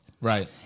Right